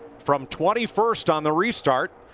from twenty first on the restart,